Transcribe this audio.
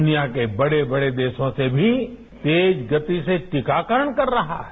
दुनिया के बड़े बड़े देशों से भी तेज गति से टीकाकरण कर रहा है